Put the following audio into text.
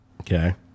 Okay